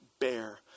bear